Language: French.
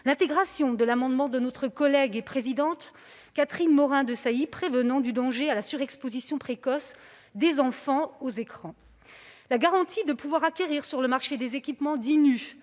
l'intégration de l'amendement de notre collègue Catherine Morin-Desailly visant à prévenir le danger à la surexposition précoce des enfants aux écrans ; la garantie de pouvoir acquérir sur le marché des équipements dits